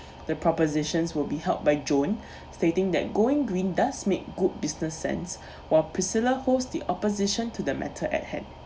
the propositions will be held by john stating that going green does make good business sense while priscilla hosts the opposition to the matter at hand